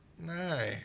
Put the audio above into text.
no